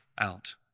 out